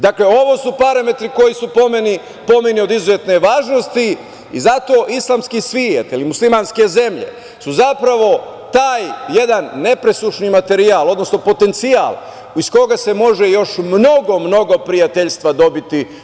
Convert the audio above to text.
Dakle, ovo su parametri koji su, po meni, od izuzetne važnosti i zato islamski svet ili muslimanske zemlje su zapravo taj jedan nepresušni materijal, odnosno potencijal iz koga se može još mnogo, mnogo prijateljstva dobiti.